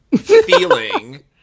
feeling